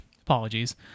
apologies